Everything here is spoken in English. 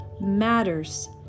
matters